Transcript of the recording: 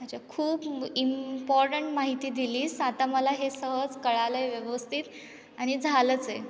अच्छा खूप इम्पॉर्टंट माहिती दिलीस आता मला हे सहज कळलं आहे व्यवस्थित आणि झालंच आहे